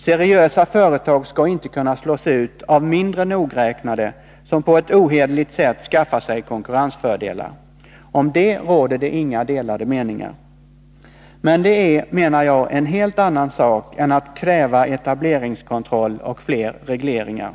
Seriösa företag skall inte kunna slås ut av mindre nogräknade, som på ett ohederligt sätt skaffar sig konkurrensfördelar. Om det råder det inga delade meningar. Men det är, menar jag, en helt annan sak än att kräva etableringskontroll och fler regleringar.